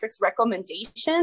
recommendations